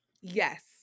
Yes